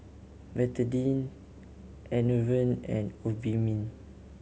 Betadine Enervon and Obimin